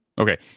Okay